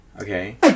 okay